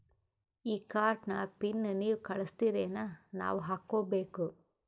ಈ ಕಾರ್ಡ್ ನ ಪಿನ್ ನೀವ ಕಳಸ್ತಿರೇನ ನಾವಾ ಹಾಕ್ಕೊ ಬೇಕು?